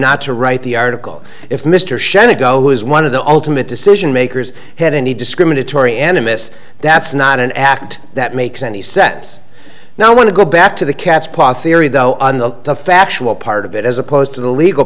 not to write the article if mr shand ago was one of the ultimate decision makers had any discriminatory animists that's not an act that makes any sense now i want to go back to the cat's paw theory though on the factual part of it as opposed to the legal